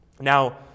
Now